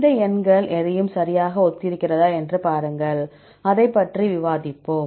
இந்த எண்கள் எதையும் சரியாக ஒத்திருக்கிறதா என்று பாருங்கள் அதைப் பற்றி விவாதிப்போம்